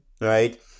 right